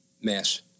mass